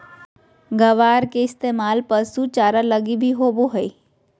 ग्वार के इस्तेमाल पशु चारा लगी भी होवो हय